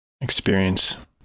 Experience